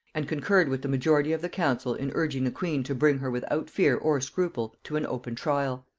and concurred with the majority of the council in urging the queen to bring her without fear or scruple to an open trial.